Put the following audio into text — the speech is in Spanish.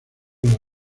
los